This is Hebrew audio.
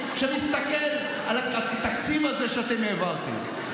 שמסתכל על התקציב הזה שאתם העברתם.